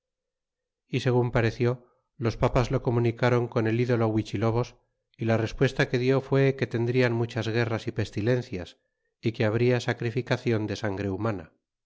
y segun pareci ó los papas lo comunicron con el dolo huichilobos y la respuesta que dió fué que tendrian muchas guerras y pestilencias y que habria sacrificacion de sangre humana